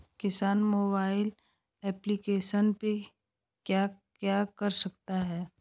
किसान mobile application पे क्या क्या कर सकते हैं?